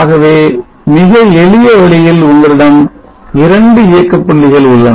ஆகவே மிக எளிய வழியில் உங்களிடம் 2 இயக்க புள்ளிகள் உள்ளன